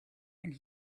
and